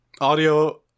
audio